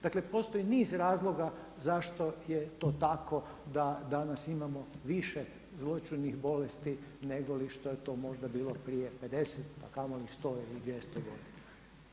Dakle, postoji niz razloga zašto je to tako da danas imamo više zloćudnih bolesti negoli što je to možda bilo prije 50 a kamoli 100 ili 200 godina.